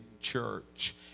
church